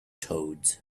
toads